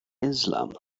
islam